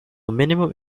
minimum